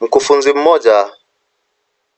Mkufunzi mmoja